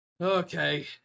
Okay